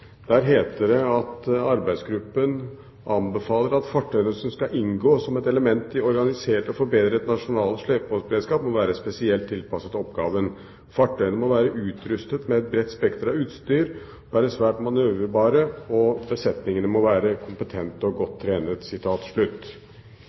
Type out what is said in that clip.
heter det at arbeidsgruppen anbefaler «at fartøyene som skal inngå som ett element i en organisert og forberedt nasjonal slepeberedskap må være spesielt tilpasset oppgaven. Fartøyene må være utrustet med et bredt spekter av utstyr, være svært manøvrerbare og besetningene må være kompetente og